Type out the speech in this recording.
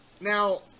Now